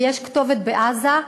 ויש כתובת בעזה,